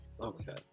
Okay